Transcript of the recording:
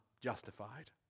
justified